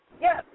Yes